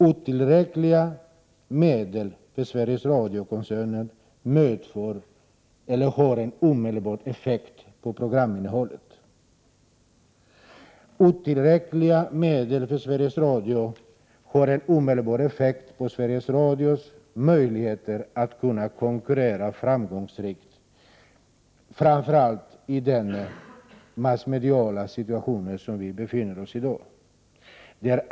Otillräckliga medel för Sveriges Radio-koncernen har en omedelbar effekt på programinnehållet och en omedelbar effekt på Sveriges Radios möjligheter att konkurrera framgångsrikt, framför allt i den massmediala situation som vi i dag befinner ossi.